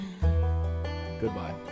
Goodbye